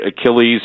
Achilles